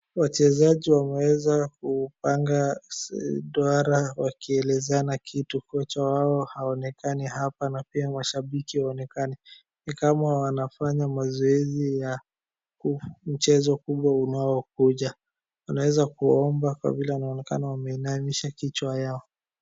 Wachezaji wameweza kupanga duara wakielezana kitu. Kochi wao haonekani hapa na pia mashabiki hawaonekani. Ni kama wanafanya mazoezi ya mchezo kubwa unaokuja. Wanaeza kuomba kwa vile wanaonekana wanainamisha kichwa yao.